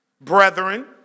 Brethren